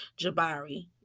Jabari